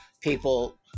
people